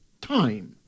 time